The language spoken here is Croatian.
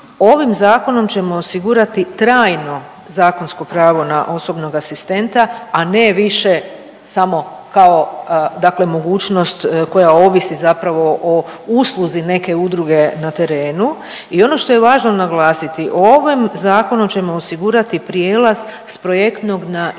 ovim zakonom ćemo osigurati trajno zakonsko pravo na osobnog asistenta, a ne više samo kao dakle mogućnost koja ovisi zapravo o usluzi neke udruge na terenu. I ono što je važno naglasiti ovim zakonom ćemo osigurati prijelaz sa projektnog na